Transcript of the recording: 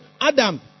Adam